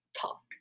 Talk